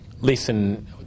Listen